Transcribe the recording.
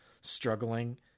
struggling